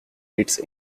its